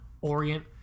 Orient